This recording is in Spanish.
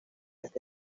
esta